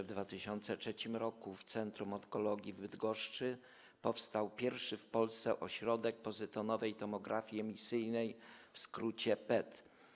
W 2003 r. w Centrum Onkologii w Bydgoszczy powstał pierwszy w Polsce ośrodek pozytonowej tomografii emisyjnej, w skrócie PET.